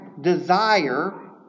Desire